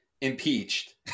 impeached